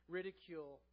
ridicule